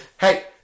Hey